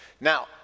Now